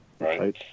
Right